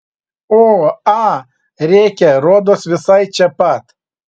o a rėkė rodos visai čia pat